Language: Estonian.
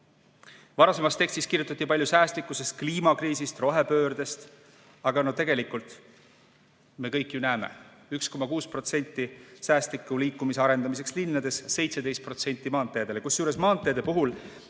Varasemas tekstis kirjutati palju säästlikkusest, kliimakriisist ja rohepöördest. Aga tegelikult me kõik ju näeme: 1,6% säästliku liikumise arendamiseks linnades ja 17% maanteedele, kusjuures maanteede puhul